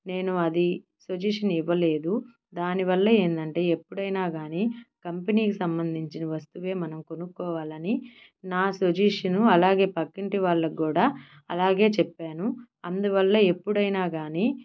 నేను అది సజిషన్ ఇవ్వలేదు దానివల్ల ఏందంటే ఎప్పుడైనా కానీ కంపెనీకి సంబంధించిన వస్తువే మనం కొనుక్కోవాలని నా సుజెషను అలాగే పక్కింటి వాళ్ళకు కూడా అలాగే చెప్పాను అందువల్ల ఎప్పుడైనా కానీ